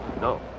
No